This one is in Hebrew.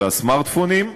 ובסמארטפונים.